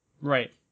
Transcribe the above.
right